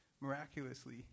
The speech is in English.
miraculously